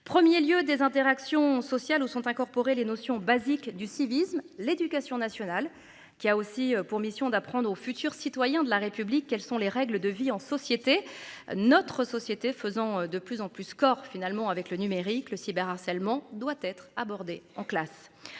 Premier lieu des interactions sociales ou sont incorporés les notions basiques du civisme, l'éducation nationale qui a aussi pour mission d'apprendre aux futurs citoyens de la République. Quelles sont les règles de vie en société. Notre société faisant de plus en plus corps finalement avec le numérique, le cyber harcèlement doit être abordé en classe